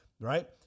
right